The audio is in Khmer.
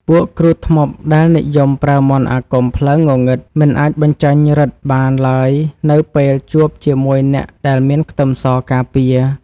ពួកគ្រូធ្មប់ដែលនិយមប្រើមន្តអាគមផ្លូវងងឹតមិនអាចបញ្ចេញឫទ្ធិបានឡើយនៅពេលជួបជាមួយអ្នកដែលមានខ្ទឹមសការពារ។